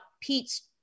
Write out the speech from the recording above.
Pete's